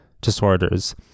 disorders